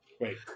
Wait